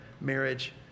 marriage